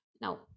Now